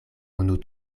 unu